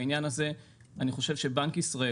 בענין הזה אני חושב שבנק ישראל,